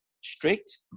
strict